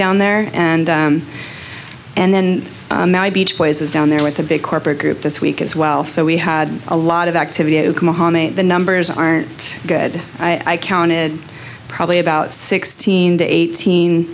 down there and and then beach boys is down there with the big corporate group this week as well so we had a lot of activity the numbers aren't good i counted probably about sixteen to eighteen